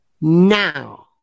now